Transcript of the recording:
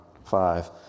Five